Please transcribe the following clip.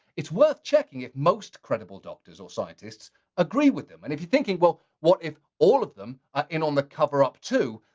it's worth checking if most credible doctors or scientists agree with it. and if you're thinking, well, what if all of them are in on the cover up too?